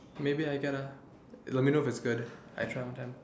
maybe I get ah you let me know if it's good I try one time